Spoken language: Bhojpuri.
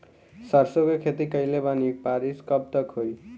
सरसों के खेती कईले बानी बारिश कब तक होई?